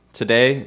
today